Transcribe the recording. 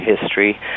history